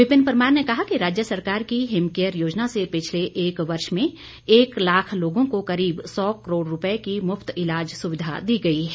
विपिन परमार ने कहा कि राज्य सरकार की हिमकेयर योजना से पिछले एक वर्ष में एक लाख लोगों को करीब सौ करोड़ रूपए की मु फत ईलाज सुविधा दी गई है